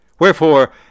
Wherefore